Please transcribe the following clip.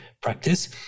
practice